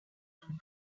sont